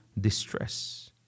distress